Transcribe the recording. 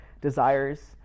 desires